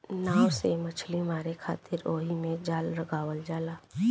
नाव से मछली मारे खातिर ओहिमे जाल लगावल जाला